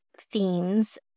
themes